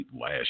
last